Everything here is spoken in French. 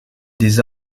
des